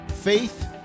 faith